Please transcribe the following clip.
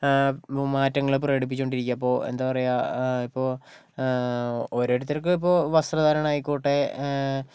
മാറ്റങ്ങള് പ്രകടിപ്പിച്ചോണ്ടിരിക്കുവാണ് അപ്പോൾ എന്താ പറയുക ഇപ്പോൾ ഓരോരുത്തർക്ക് ഇപ്പോൾ വസ്ത്രധാരണമായിക്കോട്ടെ